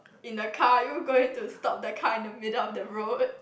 in the car you going to stop the car in the middle of the road